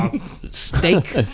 steak